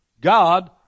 God